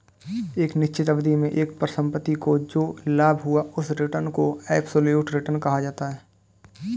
एक निश्चित अवधि में एक परिसंपत्ति को जो लाभ हुआ उस रिटर्न को एबसोल्यूट रिटर्न कहा जाता है